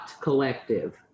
collective